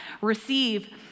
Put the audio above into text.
receive